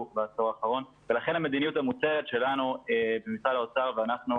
בעשור האחרון ולכן המדיניות המוצהרת שלנו במשרד האוצר ואנחנו,